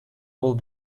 will